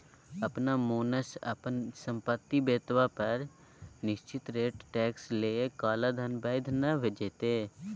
अपना मोनसँ अपन संपत्ति बतेबा पर निश्चित रेटसँ टैक्स लए काला धन बैद्य भ जेतै